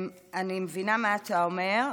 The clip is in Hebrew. אני מבינה מה אתה אומר.